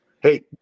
Hey